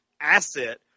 asset